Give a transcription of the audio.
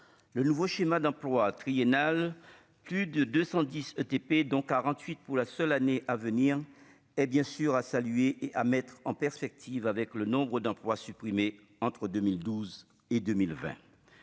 le nouveau schéma d'emplois triennal, plus de 210 TP, dont 48 pour la seule année à venir et, bien sûr, à saluer et à mettre en perspective avec le nombre d'emplois supprimés entre 2012 et 2020,